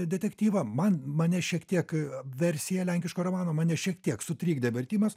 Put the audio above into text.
detektyvą man mane šiek tiek versiją lenkiško romano mane šiek tiek sutrikdė vertimas